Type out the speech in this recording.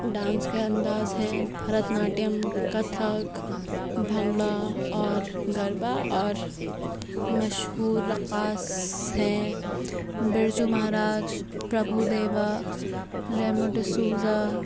dance کے انداز ہیں بھرت ناٹیم کتھک بھنگڑا اور گربا اور مشہور رقاص ہیں برجو مہاراج پربھو دیوا ریمو ڈیسوزا